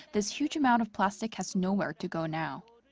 this huge amount of plastic has nowhere to go now.